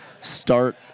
start